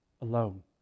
alone